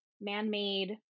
man-made